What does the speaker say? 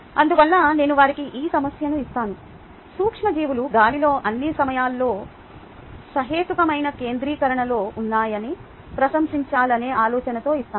అందువల్ల నేను వారికి ఈ సమస్యను ఇస్తాను సూక్ష్మజీవులు గాలిలో అన్ని సమయాల్లో సహేతుకమైన కేంద్రీకరణలో ఉన్నాయని ప్రశంసించాలనే ఆలోచనతో ఇస్తాను